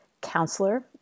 counselor